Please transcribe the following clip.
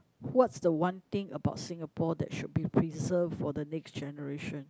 what's the one thing about Singapore that should be preserved for the next generation